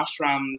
ashrams